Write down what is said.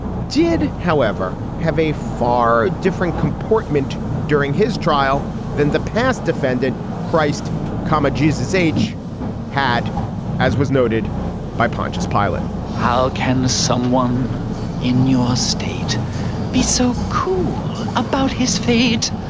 did, however, have a far different comportment during his trial than the past defendant. christ comma, jesus h had as was noted by pontius pilot how can someone in your state be so cool about his feet?